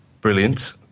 brilliant